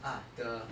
ah the